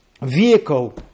vehicle